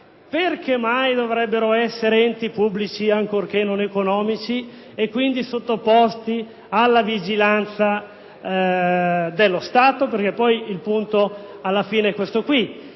perché mai dovrebbero essere enti pubblici, ancorché non economici, e quindi sottoposti alla vigilanza dello Stato? Il punto è proprio questo.